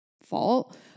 fault